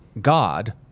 God